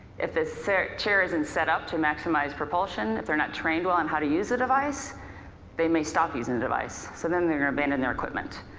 if the chair isn't set up to maximize propulsion, if they're not trained well on how to use the device they may stop using the device. so then they're gonna abandon their equipment.